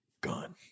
gun